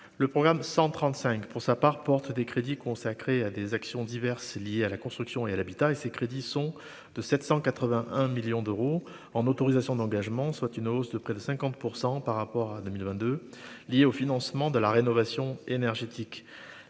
le programme 135 pour sa part, porte des crédits consacrés à des actions diverses liées à la construction et à l'habitat et ces crédits sont de 781 millions d'euros en autorisations d'engagement, soit une hausse de près de 50 % par rapport à 2022 liée au financement de la rénovation énergétique,